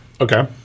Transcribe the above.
Okay